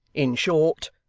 in short,